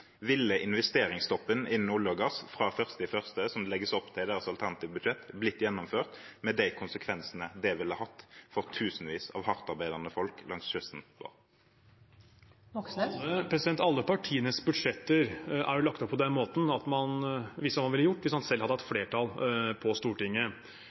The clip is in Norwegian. ville investeringsstoppen innen olje og gass fra 1. januar, som det legges opp til i deres alternative budsjett, blitt gjennomført, med de konsekvensene det ville hatt for tusenvis av hardtarbeidende folk langs kysten vår? Alle partienes budsjetter er jo lagt opp på den måten at man viser hva man ville gjort hvis man selv hadde hatt